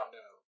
no